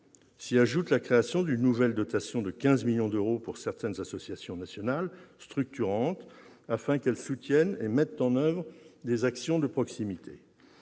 S'y ajoute la création d'une nouvelle dotation de 15 millions d'euros pour certaines associations nationales structurantes afin qu'elles soutiennent et mettent en oeuvre des actions de proximité.